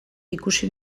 ikusi